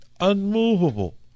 unmovable